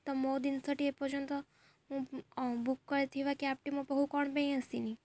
ତ ମୋ ଜିନିଷଟି ଏପର୍ଯ୍ୟନ୍ତ ମୁଁ ବୁକ୍ କରିଥିବା କ୍ୟାବ୍ଟି ମୋ ପାଖକୁ କ'ଣ ପାଇଁ ଆସିନି